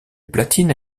platine